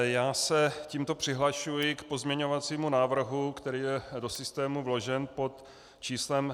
Já se tímto přihlašuji k pozměňovacímu návrhu, který je do systému vložen pod číslem 3237.